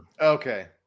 Okay